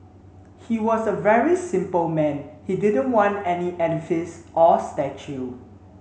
he was a very simple man he didn't want any edifice or statue